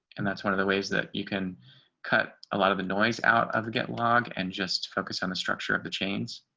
and that's one of the ways that you can cut a lot of noise out of the get log and just focus on the structure of the chains.